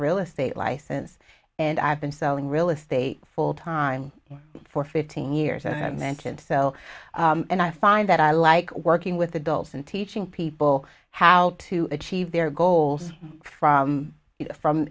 real estate license and i've been selling real estate full time for fifteen years and i mentioned so and i find that i like working with adults and teaching people how to achieve their goals from from